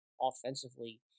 offensively